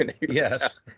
Yes